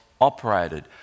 operated